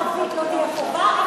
אם ערבית לא תהיה חובה,